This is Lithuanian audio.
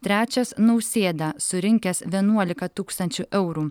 trečias nausėda surinkęs vienuolika tūkstančių eurų